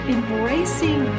Embracing